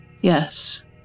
Yes